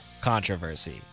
controversy